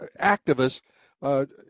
activists